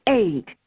eight